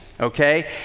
okay